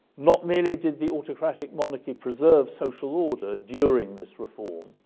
not merely did the autocratic monarchy preserve social order during this reform,